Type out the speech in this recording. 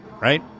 right